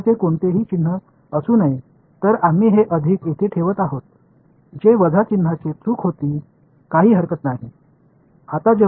எனவே இந்த பிளஸை இங்கே வைத்திருப்போம் ஆமாம் இது ஒரு மைனஸ் அடையாளம் தவறாக உள்ளது எந்த பிரச்சனையும் இல்லை